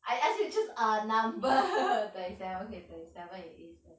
I ask to you choose a number thirty seven okay thirty seven it is then